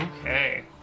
Okay